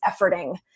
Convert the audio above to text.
efforting